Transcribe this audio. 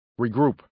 regroup